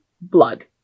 blood